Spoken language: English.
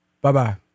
bye-bye